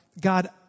God